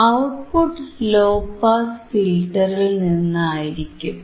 output low pass ഫിൽറ്ററിൽനിന്ന് ആയിരിക്കും